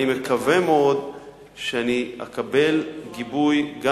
אני מקווה מאוד שאני אקבל גיבוי גם